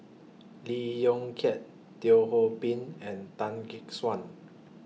Lee Yong Kiat Teo Ho Pin and Tan Gek Suan